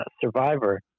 Survivor